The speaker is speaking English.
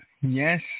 Yes